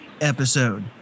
episode